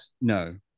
No